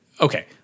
okay